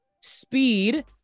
speed